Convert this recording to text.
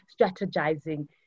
strategizing